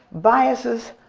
biases,